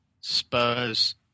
Spurs